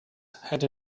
had